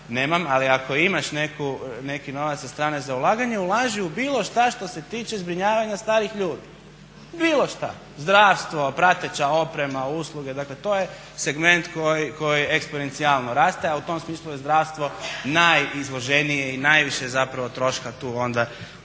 nemam, ali ako imaš neki novac sa strane za ulaganje ulaži u bilo šta što se tiče zbrinjavanja starih ljudi. Bilo šta, zdravstvo, prateća oprema, usluge, dakle to je segment koji eksponencijalno raste a u tom smislu je zdravstvo najizloženije i najviše zapravo troška tu onda ide na